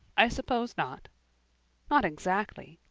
i suppose not not exactly,